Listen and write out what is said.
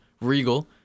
regal